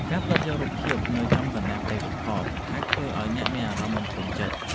ការផ្តិតយករូបភាពនៅចំកណ្តាលផ្ទៃរូបថត អាចធ្វើឱ្យអ្នកមានអារម្មណ៍មិនពេញចិត្ត។